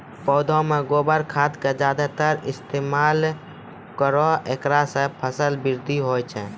पौधा मे गोबर खाद के ज्यादा इस्तेमाल करौ ऐकरा से फसल बृद्धि होय छै?